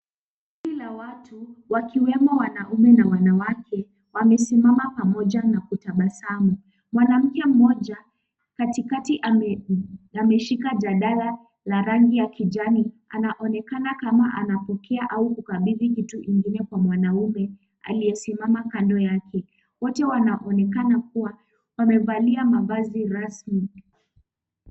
Kundi la watu wawikiwemo wanaume na wanawake wamesimama pamoja na kutabasamu. Mwanamke mmoja katikati ameshika jadala la rangi ya kijani anaonekana kama anapokea au kukabidhi kitu kingine kwa mwanaume aliyesimama kando yake. Wote wanaonekana kuwa wamevalia mavazi rasmi.